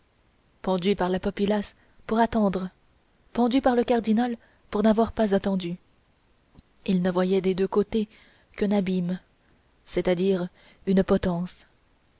pendu par la populace pour attendre pendu par le cardinal pour n'avoir pas attendu il ne voyait des deux côtés qu'un abîme c'est-à-dire une potence